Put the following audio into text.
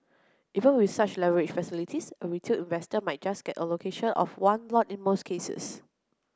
even with such leverage facilities a retail investor might just get allocation of one lot in most cases